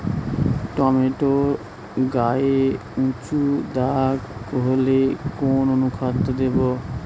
Tomato গায়ে উচু দাগ হলে কোন অনুখাদ্য দেবো?